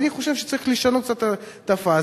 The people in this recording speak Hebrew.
אני חושב שצריך לשנות קצת את הפאזה.